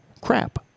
Crap